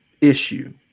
Issue